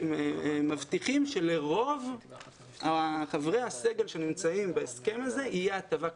שמבטיחים שלרוב חברי הסגל שנמצאים בהסכם הזה תהיה הטבה כלכלית.